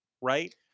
right